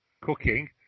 cooking